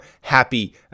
happy